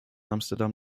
amsterdam